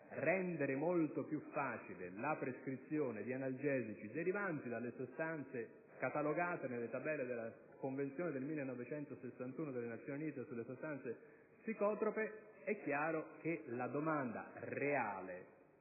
rendere molto più facile la prescrizione di analgesici derivanti dalle sostanze catalogate nelle tabelle della Convenzione ONU del 1961 sulle sostanze psicotrope, è chiaro che la domanda reale